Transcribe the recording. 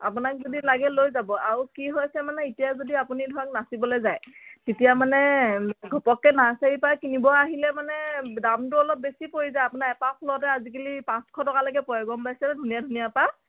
আপোনাক যদি লাগে লৈ যাব আৰু কি হৈছে মানে এতিয়া যদি আপুনি ধৰক নাচিবলৈ যায় তেতিয়া মানে ঘপককৈ নাৰ্চাৰীৰ পৰা কিনিব আহিলে মানে দামটো অলপ বেছি পৰি যায় আপোনাৰ এপাহ ফুলতে আজিকালি পাঁচশ টলালৈকে পৰে গম পাইছে নে ধুনীয়া ধুনীয়া পাহ